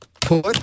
put